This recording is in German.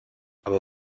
aber